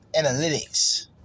analytics